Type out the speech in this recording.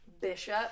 bishop